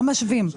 לא משווים.